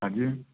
हाँ जी